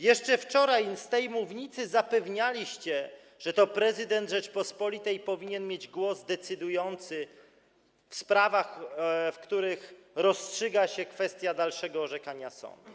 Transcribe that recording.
Jeszcze wczoraj z tej mównicy zapewnialiście, że to prezydent Rzeczypospolitej powinien mieć głos decydujący w sprawach, w których rozstrzyga się kwestia dalszego orzekania sądów.